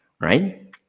right